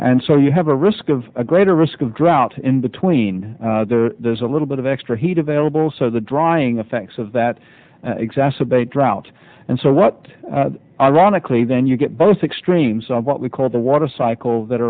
and so you have a risk of a greater risk of drought in between there's a little bit of extra heat available so the drying effects of that exacerbate drought and so what ironically then you get both extremes of what we call the water cycle that